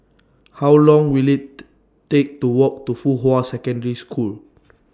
How Long Will IT Take to Walk to Fuhua Secondary School